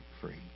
free